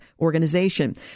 Organization